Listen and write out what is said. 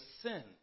sin